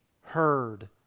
heard